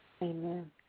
Amen